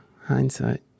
hindsight